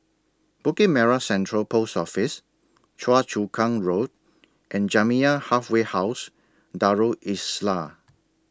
Bukit Merah Central Post Office Choa Chu Kang Road and Jamiyah Halfway House Darul Islah